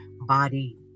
body